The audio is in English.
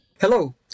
Hello